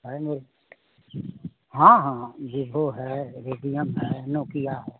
है मेरे हाँ हाँ हाँ बीबो है रेडियम है नोकिया